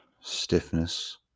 stiffness